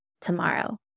tomorrow